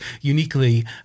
uniquely